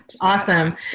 Awesome